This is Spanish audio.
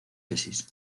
tesis